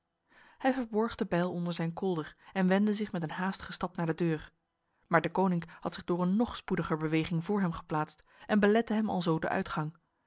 hij verborg de bijl onder zijn kolder en wendde zich met een haastige stap naar de deur maar deconinck had zich door een nog spoediger beweging voor hem geplaatst en belette hem alzo de uitgang